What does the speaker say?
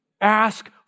Ask